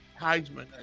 Heisman